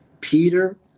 Peter